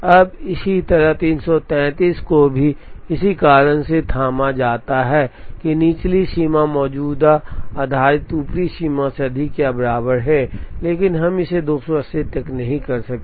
अब इसी तरह 333 को भी इसी कारण से थामा जाता है कि निचली सीमा मौजूदा आधारित ऊपरी सीमा से अधिक या बराबर है लेकिन हम इसे 280 तक नहीं कर सकते